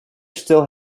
still